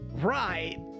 right